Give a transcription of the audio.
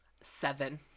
seven